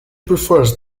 prefers